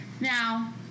Now